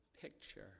picture